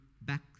back